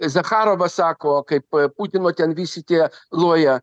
zacharovas sako kaip putino ten visi tie loja